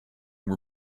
were